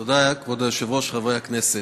כבוד היושבת-ראש, תודה, חברי הכנסת,